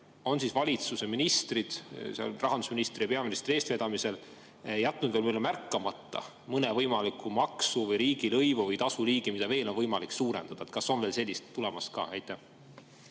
on valitsuse ministrid rahandusministri ja peaministri eestvedamisel jätnud märkamata mõne võimaliku maksu või riigilõivu või tasuliigi, mida veel on võimalik suurendada? Kas on veel midagi sellist tulemas ka? Aitäh!